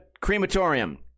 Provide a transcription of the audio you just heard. crematorium